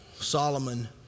Solomon